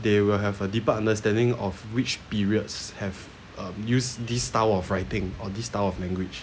they will have a deeper understanding of which periods have um used this style of writing or this type of language